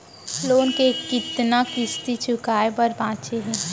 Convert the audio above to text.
Loan के कतना किस्ती चुकाए बर बांचे हे?